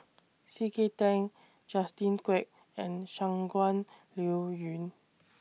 C K Tang Justin Quek and Shangguan Liuyun